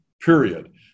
period